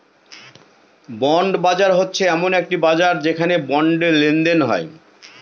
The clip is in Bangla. বন্ড বাজার হচ্ছে এমন একটি বাজার যেখানে বন্ডে লেনদেন হয়